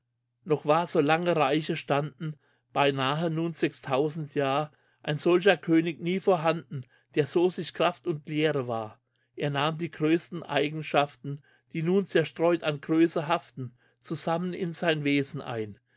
noch war so lange reiche standen beinahe nun sechstausend jahr ein solcher könig nie vorhanden der so sich kraft und lehre war er nahm die größten eigenschaften die nun zerstreut an größe haften zusammen in sein wesen ein